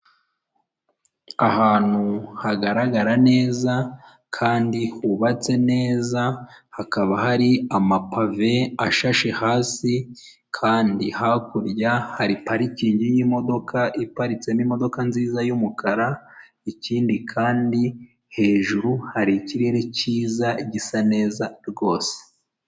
Ahantu hagaragarara neza kandi hubatse neza hakaba hari amapave ashashe hasi, kandi hakurya hari parikingi y'imodoka iparitsemo imodoka nziza y'umukara, ikindi kandi hejuru hari ikirere cyiza gisa neza rwose.